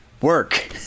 work